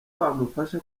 bamufasha